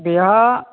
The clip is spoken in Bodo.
बेहा